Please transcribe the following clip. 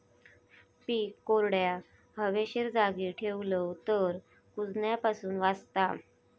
पीक कोरड्या, हवेशीर जागी ठेवलव तर कुजण्यापासून वाचता